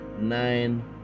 nine